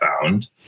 found